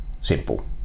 simple